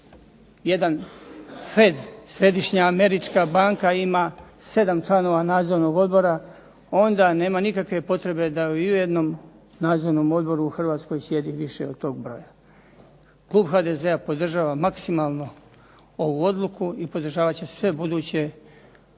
razumije./… Središnja američka banka ima 7 članova nadzornog odbora onda nema nikakve potrebe da i u jednom nadzornom odboru u Hrvatskoj sjedi više od tog broja. Klub HDZ-a podržava maksimalno ovu odluku i podržavati će sve buduće odluke